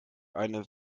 eine